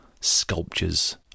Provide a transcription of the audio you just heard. sculptures